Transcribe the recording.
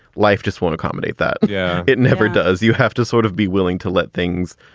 life just won't accommodate that. yeah, it never does. you have to sort of be willing to let things,